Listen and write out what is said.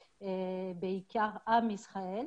ובעיקר אהבת עם ישראל.